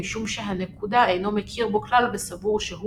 משום שהנקודה אינו מכיר בו כלל וסבור שהוא